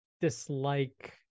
dislike